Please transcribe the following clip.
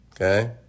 Okay